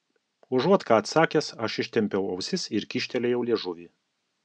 užuot ką atsakęs aš ištempiau ausis ir kyštelėjau liežuvį